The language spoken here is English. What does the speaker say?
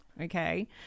okay